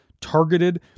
targeted